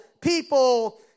People